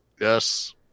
Yes